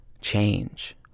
change